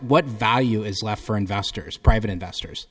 what value is left for investors private investors